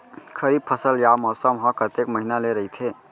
खरीफ फसल या मौसम हा कतेक महिना ले रहिथे?